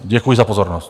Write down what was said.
Děkuji za pozornost.